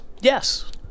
Yes